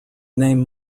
name